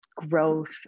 Growth